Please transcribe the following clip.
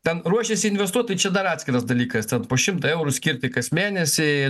ten ruošiasi investuot tai čia dar atskiras dalykas tad po šimtą eurų skirti kas mėnesį